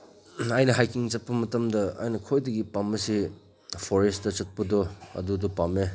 ꯑꯩꯅ ꯍꯥꯏꯛꯀꯤꯡ ꯆꯠꯄ ꯃꯇꯝꯗ ꯑꯩꯅ ꯈ꯭ꯋꯥꯏꯗꯒꯤ ꯄꯥꯝꯕꯁꯦ ꯐꯣꯔꯦꯁꯇ ꯆꯠꯄꯗꯣ ꯑꯗꯨꯗꯣ ꯄꯥꯝꯃꯦ